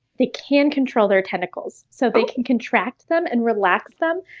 they can control their tentacles. so they can contract them and relax them.